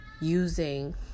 using